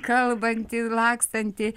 kalbantį lakstantį